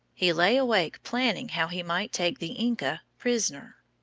he lay awake planning how he might take the inca prisoner.